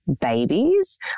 babies